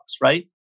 right